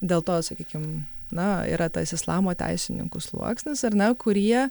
dėl to sakykim na yra tas islamo teisininkų sluoksnis ar ne kurie